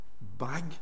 bag